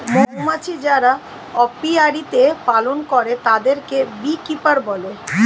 মৌমাছি যারা অপিয়ারীতে পালন করে তাদেরকে বী কিপার বলে